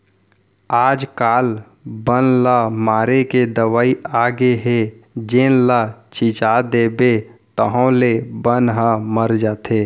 आजकाल बन ल मारे के दवई आगे हे जेन ल छिंच देबे ताहाँले बन ह मर जाथे